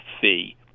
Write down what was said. fee